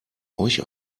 euch